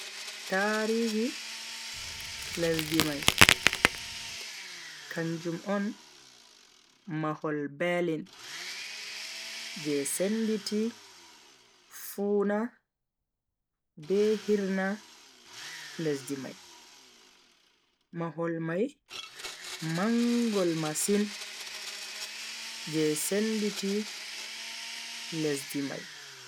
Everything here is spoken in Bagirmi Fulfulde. Tarihi lesdi mai kanjum on mahol berlin je senditi fuuna be hirna lesdi mai. mahol mai mangol masin je senditi lesdi mai.